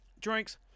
Drinks